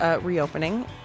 reopening